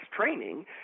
training